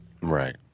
Right